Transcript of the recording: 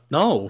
no